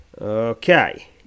Okay